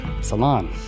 Salon